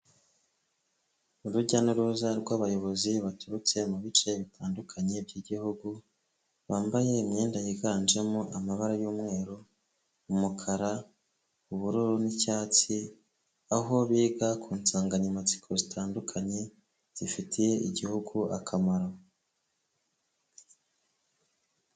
Urujya n'uruza rw'abayobozi baturutse mu bice bitandukanye by'igihugu, bambaye imyenda yiganjemo amabara y'umweru umukara, ubururu n'icyatsi aho biga ku nsanganyamatsiko zitandukanye zifitiye igihugu akamaro.